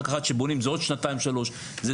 ואחר כך עד שבונים זה עוד שנתיים שלוש זה